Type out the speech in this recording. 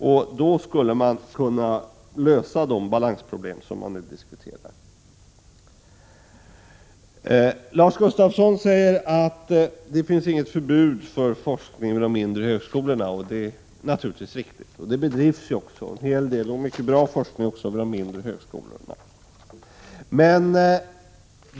Man skulle då kunna lösa de balansproblem som vi nu diskuterar. Lars Gustafsson säger att det inte finns något förbud mot forskning vid de mindre högskolorna, och det är naturligtvis riktigt. Det bedrivs ju också en hel del — och mycket bra — forskning vid de mindre högskolorna.